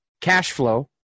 Cashflow